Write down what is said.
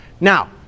Now